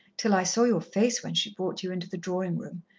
till i saw your face when she brought you into the drawing-room,